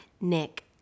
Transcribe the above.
Nick